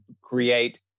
create